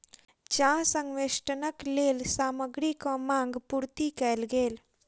चाह संवेष्टनक लेल सामग्रीक मांग पूर्ति कयल गेल